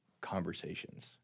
conversations